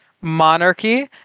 monarchy